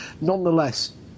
nonetheless